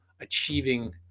achieving